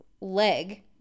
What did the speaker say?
leg